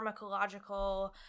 pharmacological